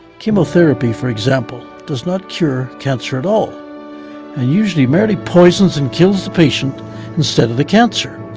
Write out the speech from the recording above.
chemotherapy, for example, does not cure cancer at all and usually merely poisons and kills the patient instead of the cancer.